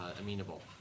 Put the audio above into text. amenable